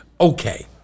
okay